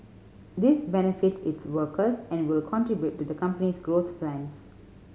this benefits its workers and will contribute to the company's growth plans